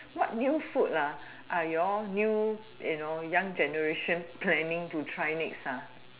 what new food ah are you all new you know young generation planning to try next ah